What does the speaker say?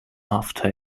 laughter